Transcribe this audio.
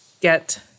get